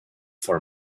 for